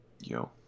Yo